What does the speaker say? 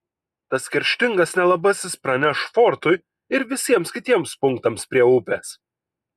tas kerštingas nelabasis praneš fortui ir visiems kitiems punktams prie upės